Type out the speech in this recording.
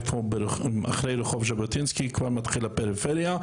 אחרי רחוב ז'בוטינסקי כבר מתחילה הפריפריה.